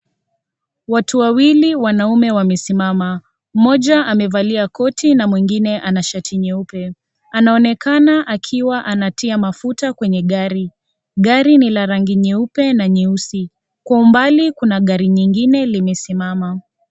Watu wawili wanaume wamesimama, mmoja amevalia koti na mwingine ana shati nyeupe. Anaonekana akiwa anatia mafuta kwenye gari. Gari ni la rangi nyeupe na nyeusi kwa umbali kuna gari nyingine limesimama.